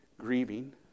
grieving